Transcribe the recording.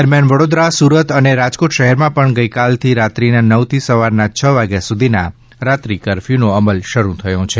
દરમિયાન વડોદરા સુરત અને રાજકોટ શહેરમાં પણ ગઇકાલથી રાત્રીના નવ થી સવારના છ વાગ્યા સુધીના રાત્રી કરફયુનો અમલ શરૂ થયો છે